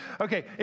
Okay